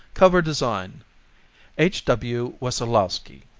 cover design h. w. wessolowski